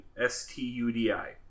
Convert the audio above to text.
S-T-U-D-I